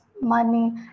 money